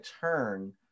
turn